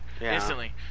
instantly